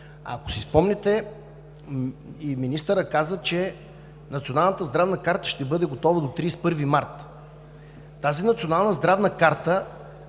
Ако си спомняте, и министърът каза, че Националната здравна карта ще бъде готова до 31 март. Тази национална здравна карта